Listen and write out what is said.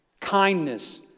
kindness